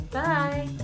bye